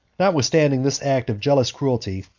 notwithstanding this act of jealous cruelty,